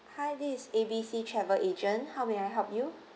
hi this is A B C travel agent how may I help you